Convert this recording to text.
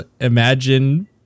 Imagine